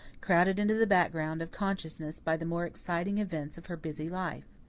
crowded into the background of consciousness by the more exciting events of her busy life.